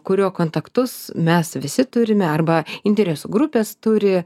kurio kontaktus mes visi turime arba interesų grupės turi